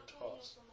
toss